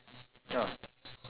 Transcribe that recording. ya